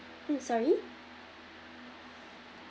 mm sorry